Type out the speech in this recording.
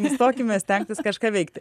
nustokime stengtis kažką veikti